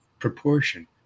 proportion